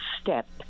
step